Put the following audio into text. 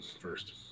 first